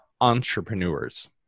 entrepreneurs